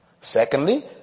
secondly